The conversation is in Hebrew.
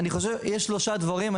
יש שלושה דברים,